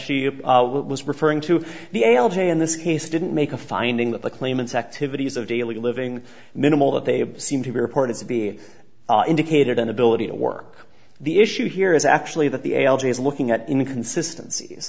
she was referring to the algae in this case didn't make a finding that the claimants activities of daily living minimal that they seem to be reported to be indicated an ability to work the issue here is actually that the algae is looking at inconsistency